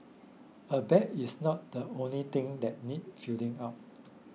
a bag is not the only thing that needs filling up